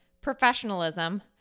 professionalism